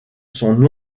son